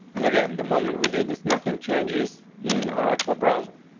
and again, the moment we do this, nothing changes in our actual browser.